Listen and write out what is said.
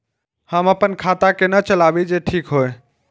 हम अपन खाता केना चलाबी जे ठीक होय?